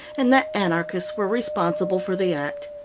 and that anarchists were responsible for the act.